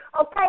Okay